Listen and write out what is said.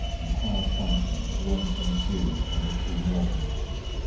and hard fighting at once ensued on the two northern ones.